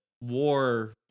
war